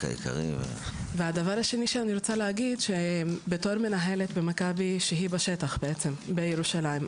בתור מנהלת במכבי שהיא בשטח בירושלים,